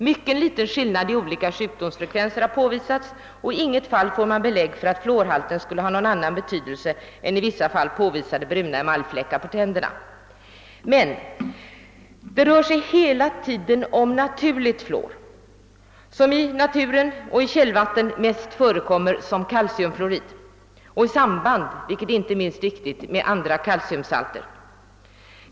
Mycket liten skillnad i olika sjukdomsfrekvenser har påvisats, och i inget fall finns belägg för att fluorhalten skulle ha någon annan betydelse än att det i vissa fall uppstått bruna emaljfläckar på tänderna. Men det rör sig hela tiden om naturligt fluor som i naturen och i källvatten mest förekommer som kalciumfluorid och — vilket inte är minst viktigt — i samband med andra kalciumsalter.